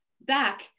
back